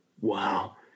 Wow